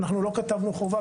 אנחנו לא כתבנו חובה,